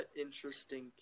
interesting